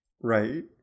Right